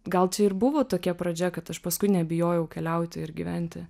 gal čia ir buvo tokia pradžia kad aš paskui nebijojau keliauti ir gyventi